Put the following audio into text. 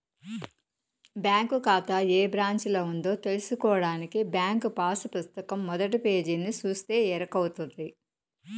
bank కాతా ఏ బ్రాంచిలో ఉందో తెల్సుకోడానికి బ్యాంకు పాసు పుస్తకం మొదటి పేజీని సూస్తే ఎరకవుతది